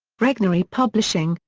regnery publishing,